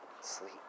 sleep